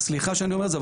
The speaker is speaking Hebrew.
סליחה שאני אומר את זה,